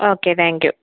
okay thank you